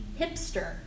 hipster